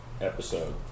episode